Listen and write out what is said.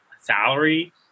salary